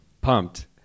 Pumped